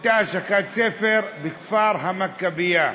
הייתה השקת ספר בכפר המכבייה,